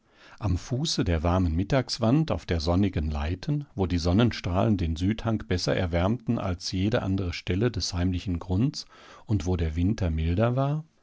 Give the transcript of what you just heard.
am fuße der warmen mittagswand auf der sonnigen leiten wo die sonnenstrahlen den südhang besser erwärmten als jede andere stelle des heimlichen grunds und wo der winter milder war